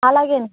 అలాగే అండి